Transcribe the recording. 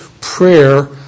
prayer